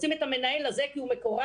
רוצים את המנהל הזה כי הוא מקורב,